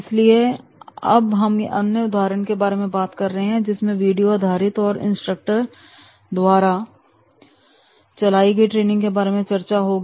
इसलिए या अब हम एक अन्य उदाहरण के बारे में बात कर रहे हैं जिसमें वीडियो आधारित और इंस्ट्रक्टर द्वारा चलाई गई ट्रेनिंग के बारे में चर्चा होगी